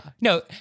No